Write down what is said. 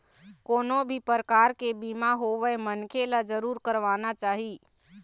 कोनो भी परकार के बीमा होवय मनखे ल जरुर करवाना चाही